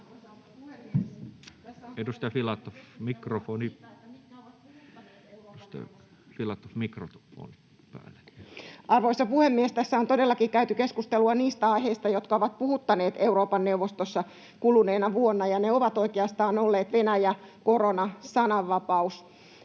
Arvoisa puhemies! Tässä on todellakin käyty keskustelua niistä aiheista, jotka ovat puhuttaneet Euroopan neuvostossa kuluneena vuonna, ja ne ovat oikeastaan olleet Venäjä, korona ja sananvapaus.